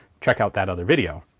check out that other video.